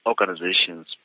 organizations